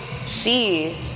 see